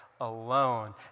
alone